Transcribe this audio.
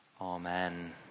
amen